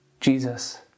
Jesus